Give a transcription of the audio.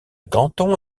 canton